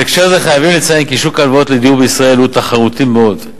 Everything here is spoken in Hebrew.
בהקשר זה חייבים לציין כי שוק ההלוואות לדיור בישראל הוא תחרותי מאוד.